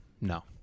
no